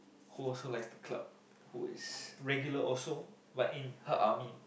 who also like to club who is regular also but in her army